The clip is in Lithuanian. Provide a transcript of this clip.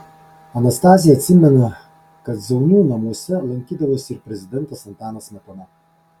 anastazija atsimena kad zaunių namuose lankydavosi ir prezidentas antanas smetona